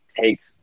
takes